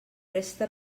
resta